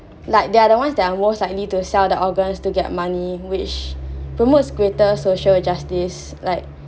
like they are the ones that are most likely to sell their organs to get money which promotes greater social injustice like